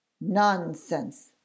Nonsense